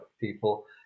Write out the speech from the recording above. people